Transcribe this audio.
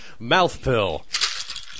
Mouthpill